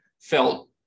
felt